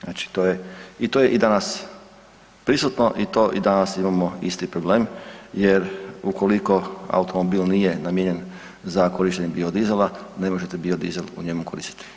Znači to je, i to je i danas prisutno i to i danas imamo isti problem jer ukoliko automobil nije namijenjen za korištenje biodizela ne možete biodizel u njemu koristiti.